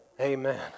Amen